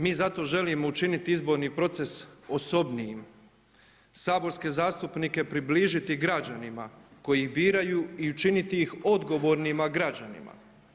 Mi zato želim učiniti izborni proces osobnijim, saborske zastupnike približiti građanima koji biraju i učiniti ih odgovornima građanima.